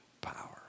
power